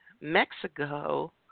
Mexico